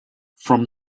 from